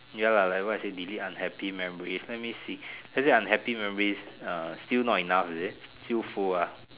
ya lah like what I said delete memories let me see lets say unhappy memories still not enough is it still full ah